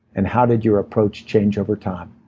and how did your approach change over time?